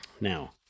now